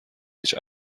هیچ